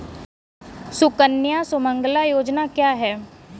सुकन्या सुमंगला योजना क्या है?